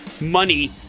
money